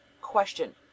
Question